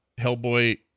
Hellboy